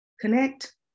connect